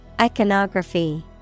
Iconography